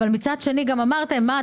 אבל מצד שני גם אמרתם: מה,